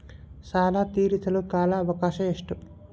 ಸಾಲ ತೇರಿಸಲು ಕಾಲ ಅವಕಾಶ ಎಷ್ಟು?